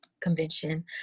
convention